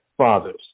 Fathers